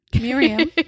Miriam